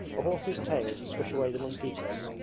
a horse's tail to swish away the mosquitoes,